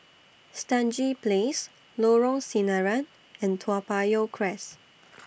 Stangee Place Lorong Sinaran and Toa Payoh Crest